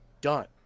Done